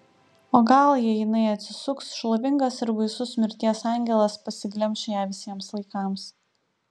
o gal jei jinai atsisuks šlovingas ir baisus mirties angelas pasiglemš ją visiems laikams